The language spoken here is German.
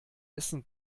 essen